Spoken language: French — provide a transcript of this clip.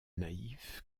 naïfs